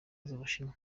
ubushinwa